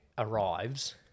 arrives